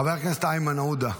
חבר הכנסת איימן עודה.